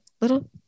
Little